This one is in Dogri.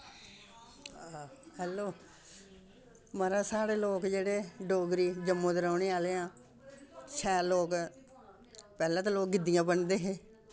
हैल्लो म्हाराज साढ़े लोक जेह्ड़े डोगरी जम्मू दे रौह्ने आह्ले आं शैल लोक पैह्ले ते लोक गिद्दियां बन्नदे हे